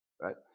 right